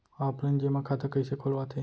Offline जेमा खाता कइसे खोलवाथे?